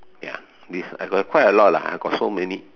ya this I got quite a lot ah I got so many